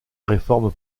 réforme